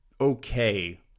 okay